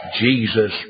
Jesus